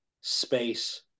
space